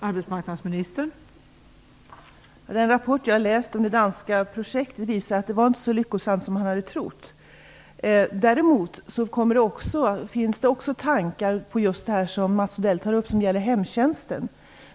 Fru talman! Rapporten om det danska projektet visar att det inte var så lyckosamt som man hade trott. Däremot finns det tankar på det som Mats Odell tog upp och som gäller hemtjänsten.